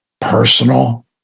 personal